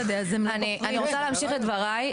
אני רוצה להמשיך את דבריי.